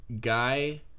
guy